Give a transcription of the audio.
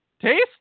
taste